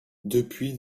depuis